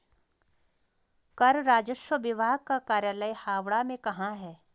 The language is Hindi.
कर राजस्व विभाग का कार्यालय हावड़ा में कहाँ है?